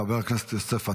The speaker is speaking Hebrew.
חבר הכנסת יוסף עטאונה,